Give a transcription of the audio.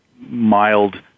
mild